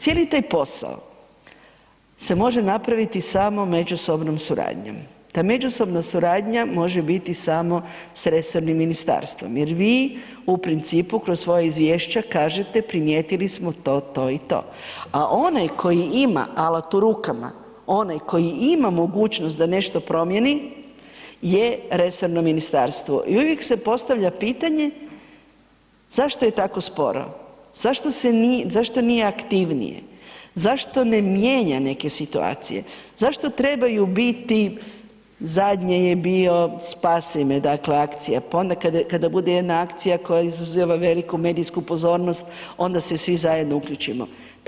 Cijeli taj posao se može napraviti samo međusobnom suradnjom, ta međusobna suradnja može biti samo s resornim ministarstvom jer vi u principu kroz svoje izvješće kažete primijetili smo to, to i to, a onaj koji ima alat u rukama, onaj koji ima mogućnost da nešto promijeni je resorno ministarstvo i uvijek se postavlja pitanje zašto je tako sporo, zašto nije aktivnije, zašto ne mijenja neke situacije, zašto trebaju biti, zadnje je bio Spasi me, dakle akcija, ponekad kada bude jedna akcija koja izaziva veliku medijsku pozornost, onda se svi zajedno uključimo.